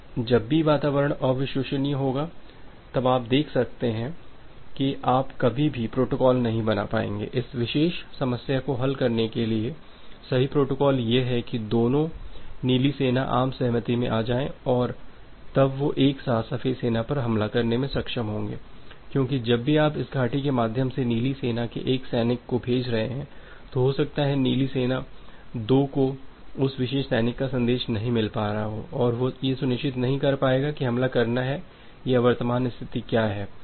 अब जब भी वातावरण अविश्वसनीय होगा तब आप देख सकते हैं कि आप कभी भी प्रोटोकॉल नहीं बना पाएंगे इस विशेष समस्या को हल करने के लिए सही प्रोटोकॉल यह है कि दोनों नीली सेना आम सहमति में आ जाए और तब वे एक साथ सफ़ेद सेना पर हमला करने में सक्षम होंगे क्योंकि जब भी आप इस घाटी के माध्यम से नीली सेना के एक सैनिक को भेज रहे हैं हो सकता है नीली सेना 2 को उस विशेष सैनिक का संदेश नहीं मिल पा रहा हो और वे यह सुनिश्चित नहीं कर पाएंगे कि हमला करना है या वर्तमान स्थिति क्या है